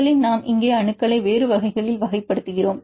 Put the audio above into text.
முதலில் நாம் இங்கே அணுக்களை வேறு வகைகளில் வகைப்படுத்துகிறோம்